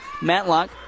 Matlock